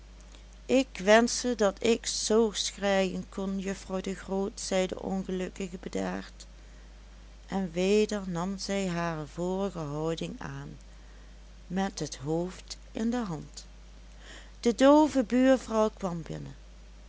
ik wenschte dat ik zoo schreien kon juffrouw de groot zei de ongelukkige bedaard en weder nam zij hare vorige houding aan met het hoofd in de hand de doove buurvrouw kwam binnen